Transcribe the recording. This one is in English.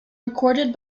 recorded